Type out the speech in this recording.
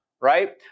right